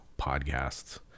podcasts